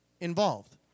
involved